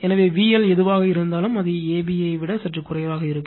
எனவே VL எதுவாக இருந்தாலும் அது a b ஐ விட சற்று குறைவாக இருக்கும்